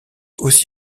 aussi